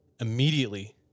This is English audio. Immediately